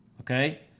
Okay